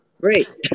great